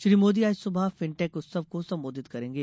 श्री मोदी आज सुबह फिन्टेक उत्सव को संबोधित करेंगे